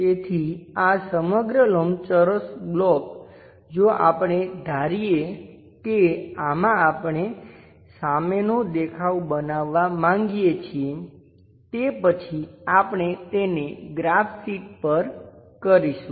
તેથી આ સમગ્ર લંબચોરસ બ્લોક જો આપણે ધારીએ કે આમાં આપણે સામેનો દેખાવ બનાવવાં માંગીએ છીએ તે પછી આપણે તેને ગ્રાફ શીટ પર કરીશું